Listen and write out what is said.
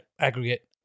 Aggregate